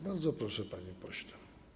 Bardzo proszę, panie pośle.